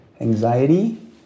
anxiety